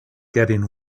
getting